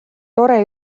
tore